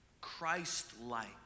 Christ-like